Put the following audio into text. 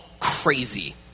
crazy